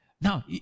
Now